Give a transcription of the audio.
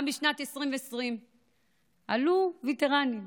גם בשנת 2020 עלו וטרנים,